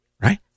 right